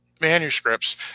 manuscripts